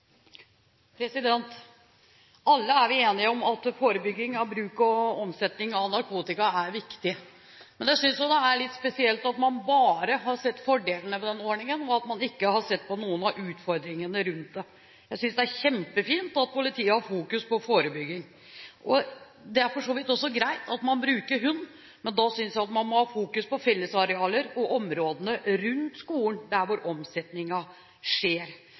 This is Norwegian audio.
vi enige om at forebygging av bruk og omsetning av narkotika er viktig. Men jeg synes det er litt spesielt at man bare har sett fordelene ved den ordningen, og at man ikke har sett på noen av utfordringene rundt det. Jeg synes det er kjempefint at politiet har fokus på forebygging. Det er for så vidt også greit at man bruker hund, men da synes jeg man må ha fokus på fellesarealer og områdene rundt skolen, der hvor omsetningen skjer.